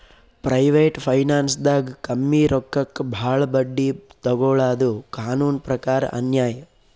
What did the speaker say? private ಫೈನಾನ್ಸ್ದಾಗ್ ಕಮ್ಮಿ ರೊಕ್ಕಕ್ ಭಾಳ್ ಬಡ್ಡಿ ತೊಗೋಳಾದು ಕಾನೂನ್ ಪ್ರಕಾರ್ ಅನ್ಯಾಯ್